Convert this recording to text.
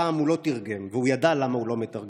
הפעם הוא לא תרגם והוא ידע למה הוא לא מתרגם: